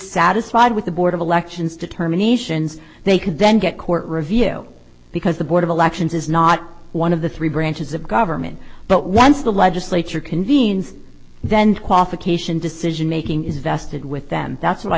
dissatisfied with the board of elections determinations they could then get court review because the board of elections is not one of the three branches of government but once the legislature convenes then qualification decisionmaking is vested with them that's what i